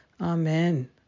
Amen